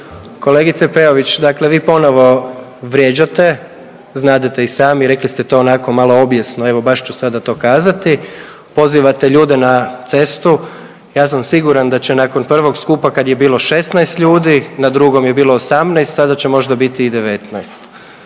Kolegice Peović, dakle vi ponovo vrijeđate. Znadete i sami, rekli ste to onako malo objesno, evo baš ću sada to kazati. Pozivate ljude na cestu. Ja sam siguran da će nakon prvog skupa kad je bilo 16 ljudi, na drugom je bilo 18, sada će možda biti i 19.